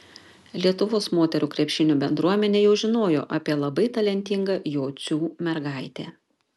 lietuvos moterų krepšinio bendruomenė jau žinojo apie labai talentingą jocių mergaitę